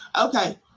okay